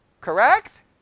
Correct